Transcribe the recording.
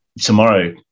tomorrow